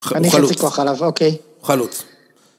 ‫חלוץ. חלוץ. ‫-אני חצי כוח עליו, אוקיי. חלוץ.